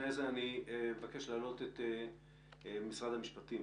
אני מבקש להעלות את משרד המשפטים,